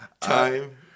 time